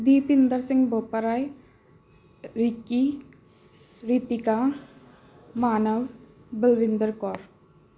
Deepinder Singh Boparai Ricky Ritika Manav Balwinder Kaur